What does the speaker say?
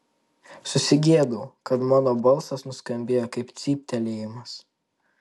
susigėdau kad mano balsas nuskambėjo kaip cyptelėjimas